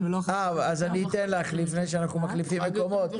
ולא כ --- אז אתן לך לפני שאנחנו מחליפים מקומות.